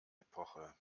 epoche